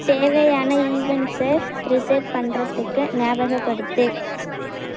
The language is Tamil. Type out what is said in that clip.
தேவையான ஈவென்ட்ஸை ரிசெட் பண்ணுறத்துக்கு ஞாபகப்படுத்து